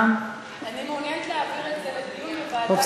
אני מעוניינת להעביר את זה לדיון במליאה.